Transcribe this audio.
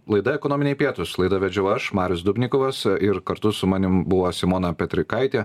laida ekonominiai pietūs laidą vedžiau aš marius dubnikovas ir kartu su manim buvo simona petrikaitė